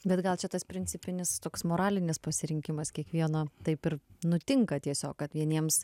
bet gal čia tas principinis toks moralinis pasirinkimas kiekvieno taip ir nutinka tiesiog kad vieniems